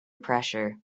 pressure